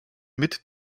mit